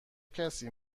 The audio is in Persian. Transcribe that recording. کسی